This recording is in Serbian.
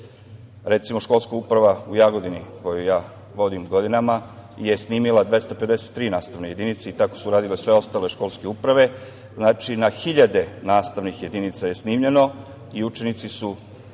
Recimo, školska uprava u Jagodini koju ja vodim godinama je snimila 253 nastavne jedinice i tako su radile sve ostale školske uprave. Znači na hiljade nastavnih jedinica je snimljeno i učenici su